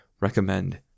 recommend